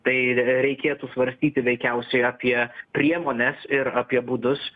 tai reikėtų svarstyti veikiausiai apie priemones ir apie būdus